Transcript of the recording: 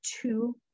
two